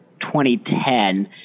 2010